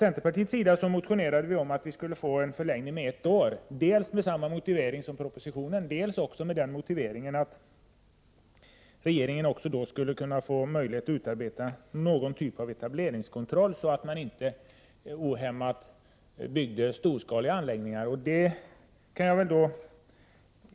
Centerpartiet motionerade om att förlängningen skulle bli ett år, dels med samma motivering som framförs i propositionen, dels med motiveringen att regeringen då skulle få möjlighet att utarbeta någon typ av etableringskontroll, så att inte storskaliga anläggningar byggs ohämmat.